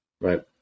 Right